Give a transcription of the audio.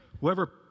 Whoever